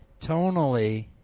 tonally